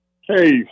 Hey